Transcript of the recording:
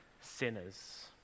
sinners